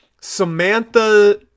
Samantha